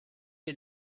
est